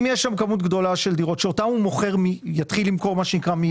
אם יש שם כמות גדולה של דירות שאותן הוא יתחיל למכור מיד,